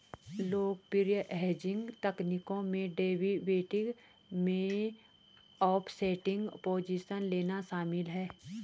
लोकप्रिय हेजिंग तकनीकों में डेरिवेटिव में ऑफसेटिंग पोजीशन लेना शामिल है